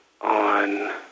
on